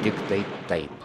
tiktai taip